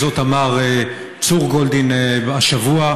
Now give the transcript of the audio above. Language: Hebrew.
זאת אמר צור גולדין השבוע,